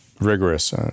rigorous